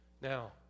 Now